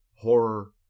horror